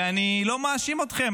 ואני לא מאשים אתכם.